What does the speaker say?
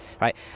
Right